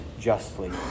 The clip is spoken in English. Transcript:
justly